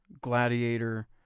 Gladiator